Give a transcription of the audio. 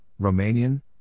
Romanian